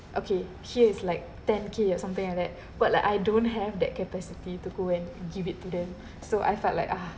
okay she is like ten K or something like that but like I don't have that capacity to go and give it to them so I felt like ah